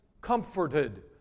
comforted